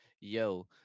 yo